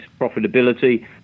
profitability